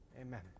Amen